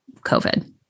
COVID